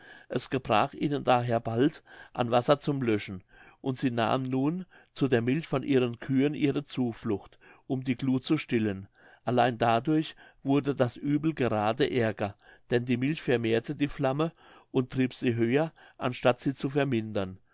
es gebrach ihnen daher bald an wasser zum löschen und sie nahmen nun zu der milch von ihren kühen ihre zuflucht um die gluth zu stillen allein dadurch wurde das uebel gerade ärger denn die milch vermehrte die flamme und trieb sie höher anstatt sie zu vermindern